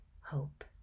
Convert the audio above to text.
hope